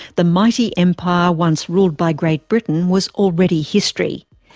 the mighty empire once ruled by great britain was already history.